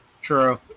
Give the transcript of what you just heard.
True